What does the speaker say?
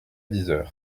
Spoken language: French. dix